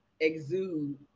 exude